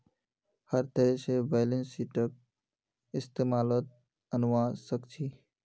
हर तरह से बैलेंस शीटक इस्तेमालत अनवा सक छी